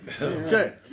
Okay